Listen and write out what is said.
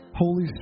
Holy